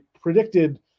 predicted